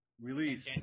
release